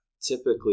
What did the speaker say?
typically